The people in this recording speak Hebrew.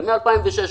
מ-2006,